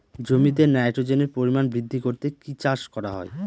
জমিতে নাইট্রোজেনের পরিমাণ বৃদ্ধি করতে কি চাষ করা হয়?